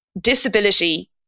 Disability